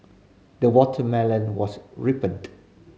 the watermelon was ripened